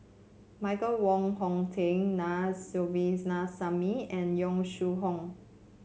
Michael Wong Hong Teng Na Sovindasamy and Yong Shu Hoong